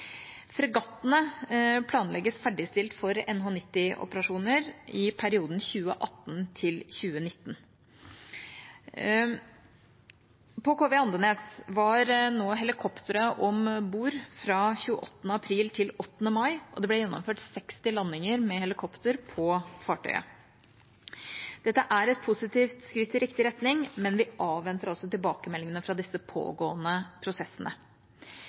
Fregattene planlegges ferdigstilt for NH90-operasjoner i perioden 2018–2019. På KV «Andenes» var helikoptre om bord fra 28. april til 8. mai, og det ble gjennomført 60 landinger med helikopter på fartøyet. Dette er et positivt skritt i riktig retning, men vi avventer tilbakemeldingene fra disse pågående prosessene.